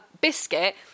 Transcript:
biscuit